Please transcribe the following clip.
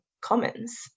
commons